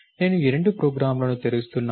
నేను ఈ రెండు ప్రోగ్రామ్లను తెరుస్తున్నాను